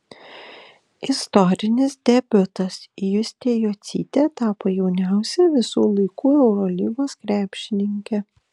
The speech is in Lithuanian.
istorinis debiutas justė jocytė tapo jauniausia visų laikų eurolygos krepšininke